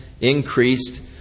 increased